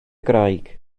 graig